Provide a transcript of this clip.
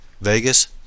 Vegas